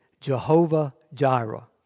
Jehovah-Jireh